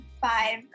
five